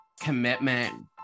Commitment